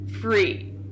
free